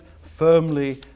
firmly